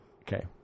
Okay